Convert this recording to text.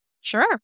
Sure